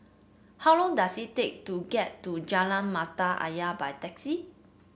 how long does it take to get to Jalan Mata Ayer by taxi